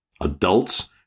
Adults